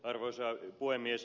arvoisa puhemies